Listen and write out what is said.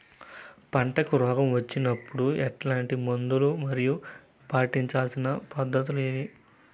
పంటకు రోగం వచ్చినప్పుడు ఎట్లాంటి మందులు మరియు పాటించాల్సిన పద్ధతులు ఏవి?